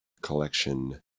collection